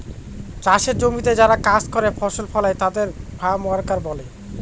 চাষের জমিতে যারা কাজ করে ফসল ফলায় তাদের ফার্ম ওয়ার্কার বলে